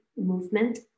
movement